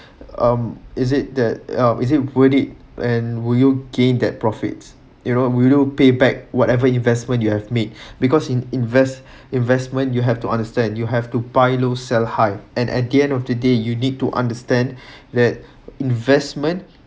um is it that uh is it worth it and would you gain that profits you know would you payback whatever investment you have made because in invest investment you have to understand you have to buy low sell high and at the end of the day you need to understand that investment